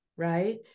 right